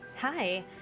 Hi